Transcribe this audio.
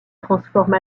transforme